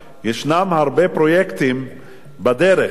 ישנם הרבה פרויקטים בדרך,